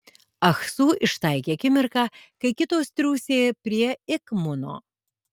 ah su ištaikė akimirką kai kitos triūsė prie ik muno